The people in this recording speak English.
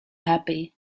happy